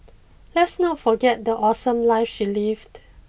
let's not forget the awesome life she lived